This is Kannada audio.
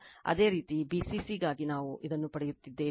ಅದೇ ರೀತಿ bccಗಾಗಿ ನಾವು ಅದನ್ನು ಪಡೆಯುತ್ತೇವೆ